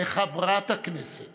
וחברת הכנסת